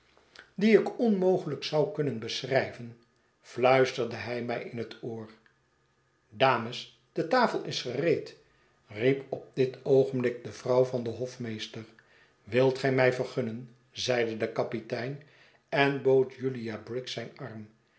die ik onmogelijk zou kunnen besehrijven fluisterde hij mij in het oor dames de tafelis gereed riep op dit oogenblik de vrouw van den hofmeester wilt gij my vergunnen zeide de kapitein en bood julia briggs zijn arm